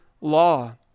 law